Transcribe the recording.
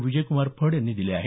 विजयक्रमार फड यांनी दिले आहेत